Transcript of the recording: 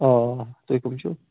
آ آ تُہۍ کَم چھُِو